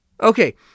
Okay